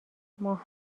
ماه